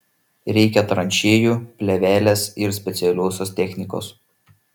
reikia tranšėjų plėvelės ir specialiosios technikos